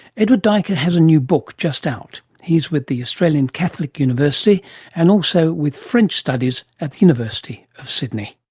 edward duyker has a new book, just out. he is with the australian catholic university and also with french studies at the university of sydney.